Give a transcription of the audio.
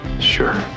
Sure